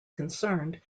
concerned